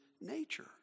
nature